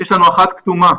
יש לנו אחת כתומה.